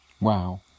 Wow